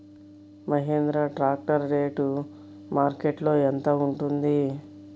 Mahindra tractor rate మార్కెట్లో యెంత ఉంటుంది?